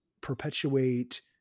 perpetuate